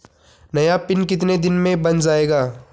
नया पिन कितने दिन में बन जायेगा?